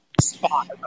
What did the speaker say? spot